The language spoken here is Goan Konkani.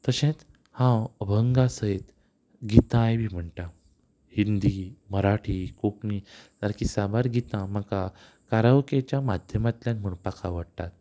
तशेंच हांव अभंगा सयत गितांय बी म्हणटां हिंदी मराठी कोंकणी सारकीं साबार गितां म्हाका कारावकेच्या माध्यमांतल्यान म्हणपाक आवडटात